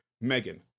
megan